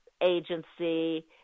agency